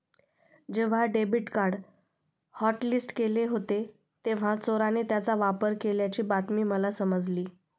जेव्हा debit card hotlist केले होते तेव्हा चोराने त्याचा वापर केल्याची बातमी मला समजली